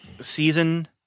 season –